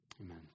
Amen